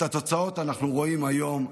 את התוצאות אנחנו רואים היום,